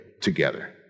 together